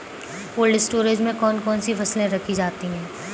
Cold storage में कौन कौन सी फसलें रखी जाती हैं?